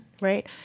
right